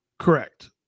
Correct